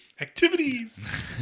Activities